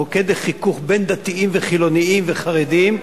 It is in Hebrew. מוקד של חיכוך בין דתיים וחילונים וחרדים,